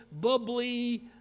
bubbly